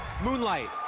Moonlight